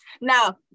Now